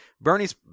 Bernie's